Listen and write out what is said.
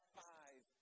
five